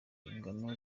ingano